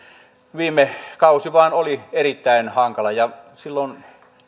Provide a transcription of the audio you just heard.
viime kausi vain oli erittäin hankala ja